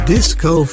Disco